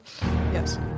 yes